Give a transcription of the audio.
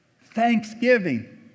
thanksgiving